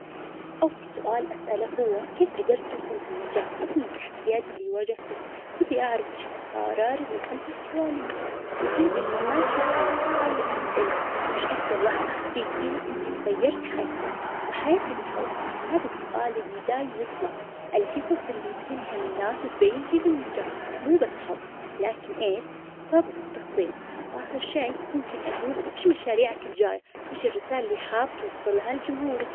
أول سؤال اسأله هو كيف قدرت توصل لها النجاح رغم تحديات اللي واجهتك؟ ودي أعرف وايش الأسرار اللي خلف الكواليس والجهد اللي ما يشوفه الناس؟ بعدها اسئلة وايش أكثر لحظة حسيت فيها إنك غيرت حياتك وحياة اللي حولك? هذا السؤال اللي دايم يطلع، القصص اللي تلهم الناس وتبين كيف النجاح مو بس حظ لكن ايش صبر وتخطيط، وآخر شي ممكن أقول شو مشاريعك اللي جاية? وايش الرسالة اللي حاب توصلها لجمهورك؟.